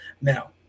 Now